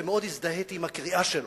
ומאוד הזדהיתי עם הקריאה שלו,